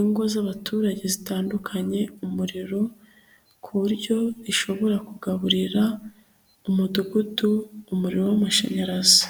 ingo z'abaturage zitandukanye umuriro. Ku buryo rishobora kugaburira umudugudu umuriro w'amashanyarazi.